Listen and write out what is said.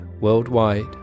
worldwide